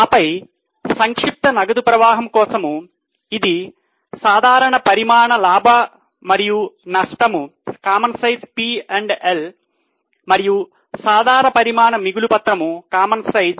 ఆపై సంక్షిప్త నగదు ప్రవాహం కోసం ఇది సాధారణ పరిమాణం లాభము మరియు నష్టము